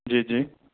جی جی